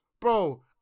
Bro